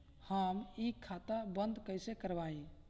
हम इ खाता बंद कइसे करवाई?